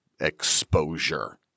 exposure